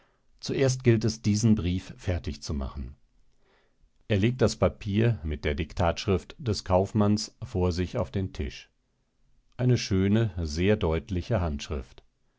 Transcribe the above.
zuerst gilt es diesen brief fertig zu machen er legt das papier mit der diktatschrift des kaufmanns vor sich auf den tisch eine schöne sehr deutliche handschrift